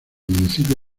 municipio